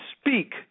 speak